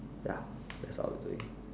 ya that's how I'd do it